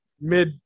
mid